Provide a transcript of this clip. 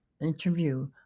interview